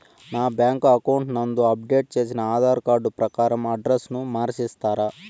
నా bank account నందు update చేసిన ఆధార్ కార్డు ప్రకారం అడ్రస్ ను మార్చిస్తారా?